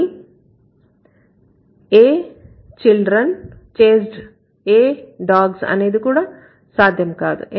కానీ a children chased a dogs' అనేది కూడా సాధ్యం కాదు